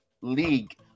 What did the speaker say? league